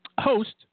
host